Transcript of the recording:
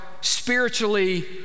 spiritually